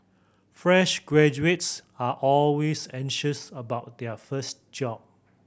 fresh graduates are always anxious about their first job